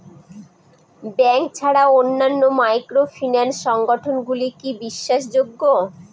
Bank ছাড়া অন্যান্য microfinance সংগঠন গুলি কি বিশ্বাসযোগ্য?